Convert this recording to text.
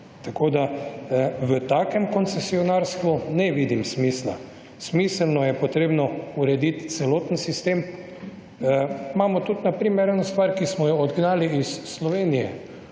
Tako da, v takem koncesionarstvu ne vidim smisla. Smiselno je potrebno urediti celoten sistem. Imamo tudi na primer eno stvar, ki smo jo odgnali iz Slovenije.